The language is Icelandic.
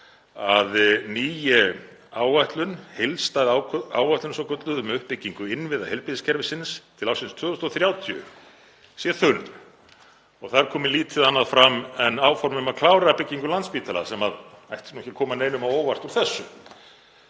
að ný áætlun, heildstæð áætlun svokölluð, um uppbyggingu innviða heilbrigðiskerfisins til ársins 2030, sé þunn og þar komi lítið annað fram en áform um að klára byggingu Landspítala sem ætti ekki að koma neinum á óvart úr þessu;